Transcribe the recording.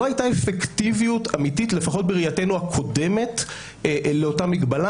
לא הייתה אפקטיביות אמיתית לפחות בראייתנו הקודמת לאותה מגבלה.